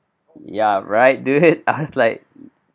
ya right dude I was like